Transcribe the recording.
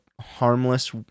harmless